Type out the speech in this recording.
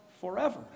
forever